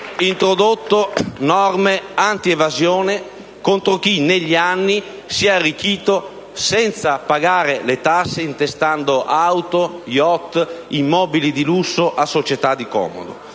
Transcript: introdotto norme antievasione contro chi, negli anni, si è arricchito senza pagare le tasse, intestando auto, *yacht* e immobili di lusso a società di comodo.